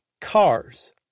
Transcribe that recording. Cars